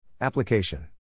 Application